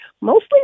mostly